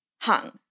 hung